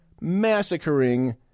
massacring